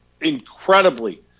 incredibly